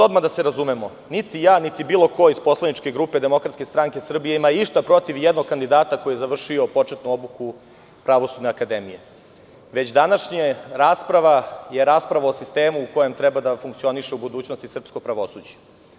Odmah da se razumemo, niti ja, niti bilo ko iz poslaničke grupe DSS ima išta protiv ijednog kandidata koji je završio početnu obuku Pravosudne akademije, već današnja rasprava je rasprava o sistemu u kojem treba da funkcioniše u budućnosti srpsko pravosuđe.